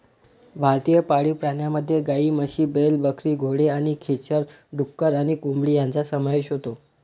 भारतीय पाळीव प्राण्यांमध्ये गायी, म्हशी, बैल, बकरी, घोडे आणि खेचर, डुक्कर आणि कोंबडी यांचा समावेश होतो